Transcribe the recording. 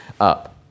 up